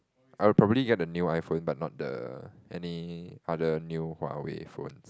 I would probably get the new iPhone but not the any other new Huawei phones